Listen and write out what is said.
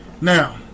Now